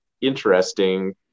interesting